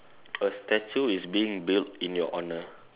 a statue is being built in your honor